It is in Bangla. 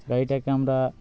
রাইটে ক্যামেরা